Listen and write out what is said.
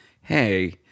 hey